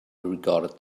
regarded